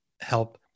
help